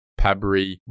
Pabri